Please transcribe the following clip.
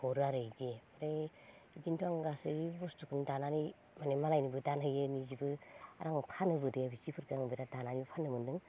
हरो आरो इदि ओमफ्राय इदिनोथ' आङो गासै बुस्थुखौ दानानै माने मालायनोबो दान होयो निजेबो आरो आं फानोबो बिदिफोरखो आं बिराद दानानै फाननो मोनदों